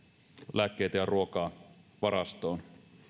lääkkeitä ja ruokaa varastoon